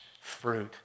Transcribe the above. fruit